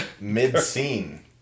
mid-scene